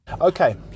Okay